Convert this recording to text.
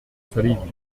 salive